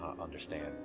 understand